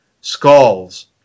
skulls